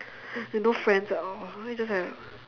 you no friends at all you just have